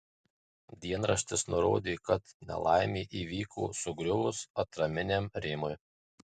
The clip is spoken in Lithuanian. dienraštis nurodo kad nelaimė įvyko sugriuvus atraminiam rėmui